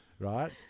Right